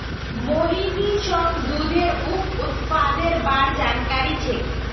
मोहनीशक दूधेर उप उत्पादेर बार जानकारी छेक